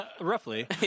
Roughly